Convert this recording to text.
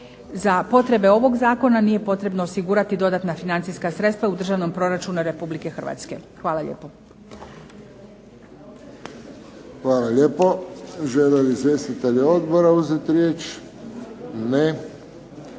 Za potrebe ovog zakona nije potrebno osigurati dodatna financijska sredstva u Državnom području Republike Hrvatske. Hvala lijepo. **Friščić, Josip (HSS)** Hvala lijepo. Žele li izvjestitelji odbora uzeti riječ? Ne.